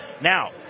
Now